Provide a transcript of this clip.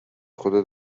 خودت